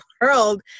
world